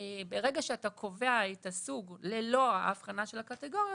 ברגע שאתה קובע את הסוג ללא ההבחנה של הקטגוריות,